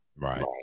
Right